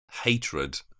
hatred